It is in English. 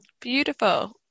Beautiful